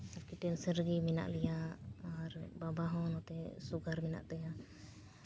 ᱟᱨᱠᱤ ᱴᱮᱱᱥᱮᱱ ᱨᱮᱜᱮ ᱢᱮᱱᱟᱜ ᱞᱮᱭᱟ ᱟᱨ ᱵᱟᱵᱟ ᱦᱚᱸ ᱱᱚᱛᱮ ᱥᱩᱜᱟᱨ ᱢᱮᱱᱟᱜ ᱛᱟᱭᱟ